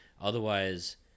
Otherwise